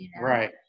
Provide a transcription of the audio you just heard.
Right